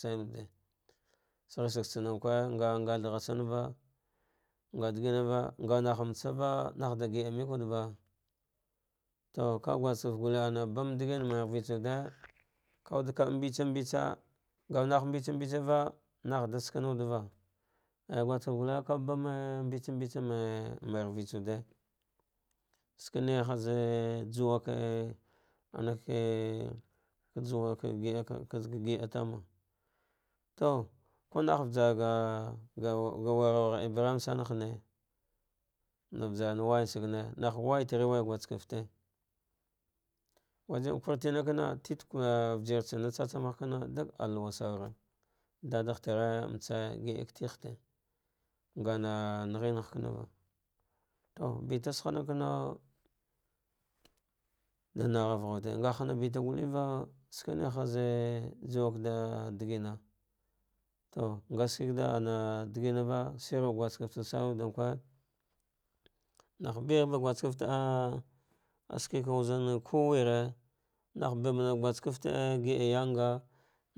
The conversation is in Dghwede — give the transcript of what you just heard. Sane wude sagh san sananque, naganghath tsanva nga diginava, nganah matsava hahda gimeke wude ba to ka guskefte ana bamdigi na mba rivetsa wude, kawuda ka mbetsan mbetsa ngawuhah mbetsa mbetsava, ai guske fte gulle ka bame mbetsa mbetsa ma rivetsa wude, skene haz juwake anake ka juwo ka gida tama to kunaga vajarga ga wurgahar ga ibrahim sana hene, ga vajarna wuyan sagne, nah waiterwa ya guske fte wadan kwartina kana, tikenque vajirna tsatsan ghe kana duk ah luwa saura dadagh tere mbatsaya gida ka tighte nga na na ghe vaniva, to beta zhana kawu da naghava gha wude, nga hane beta gulevu skane har juwa kada digina to ngashike ka da ana digimava, shiruk guske fte sana wuldanque, nah bah ba guske fte shrik da wuze da wuze wude kuwure nah bamar jasket te gida yarga,